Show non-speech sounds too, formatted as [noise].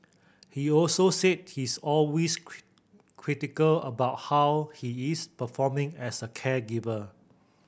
he also said he's often [unintelligible] critical about how he is performing as a caregiver